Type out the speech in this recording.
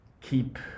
keep